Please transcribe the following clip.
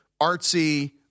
artsy